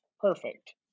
perfect